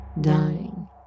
dying